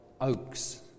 oaks